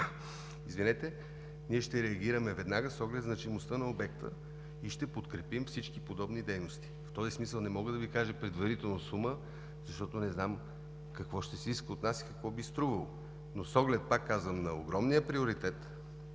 към нас, ние ще реагираме веднага с оглед значимостта на обекта и ще подкрепим всички подобни дейности. В този смисъл не мога да Ви кажа предварителна сума, защото не знам какво ще се иска от нас и какво би струвало. Но с оглед, повтарям, на огромния приоритет,